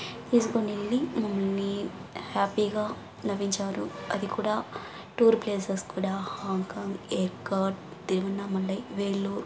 తీసుకొనెళ్ళి మమ్మల్ని హ్యాపీగా నవ్వించారు అది కూడా టూర్ ప్లేసెస్ కూడా హాంగ్కాంగ్ ఎయిర్కార్ట్ దివున్నామల్లై వేలూర్